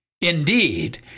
Indeed